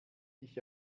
dich